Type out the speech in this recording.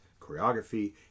choreography